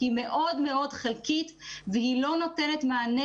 היא מאוד מאוד חלקית והיא לא נותנת מענה